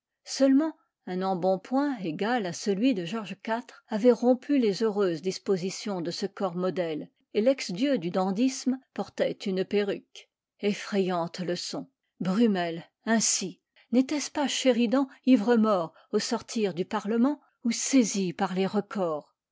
seulement un embonpoint égal à celui de george iv avait rompu les heureuses dispositions de ce corps modèle et lex dieu du dandysme portait une perruque effrayante leçon brummel ainsi n'était-ce pas sheridan ivre-mort au sortir du parlement ou saisi par les recors